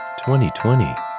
2020